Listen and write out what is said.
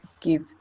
give